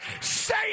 Say